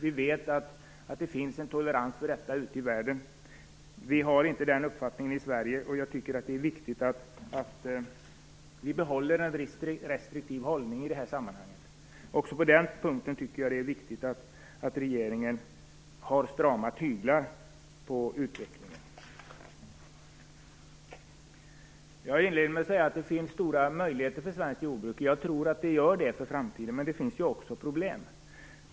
Vi vet att det finns en tolerans för detta ute i världen. Vi har inte den uppfattningen i Sverige, och jag tycker att det är viktigt att vi behåller en restriktiv hållning i det här sammanhanget. Också på den punkten tycker jag att det är viktigt att regeringen håller utvecklingen i strama tyglar. Jag inledde med att säga att det finns stora möjligheter för svenskt jordbruk. Jag tror att det gör det i framtiden. Men det finns också problem.